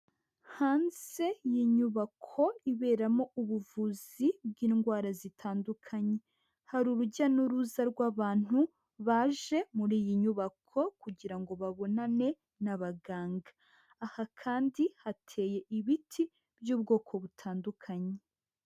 Hanze y'inyubako iberamo ubuvuzi bw'indwara zitandukanye, hari urujya n'uruza rw'abantu baje muri iyi nyubako kugira ngo babonane n'abaganga. Aha kandi hateye ibiti by'ubwoko butandukanye.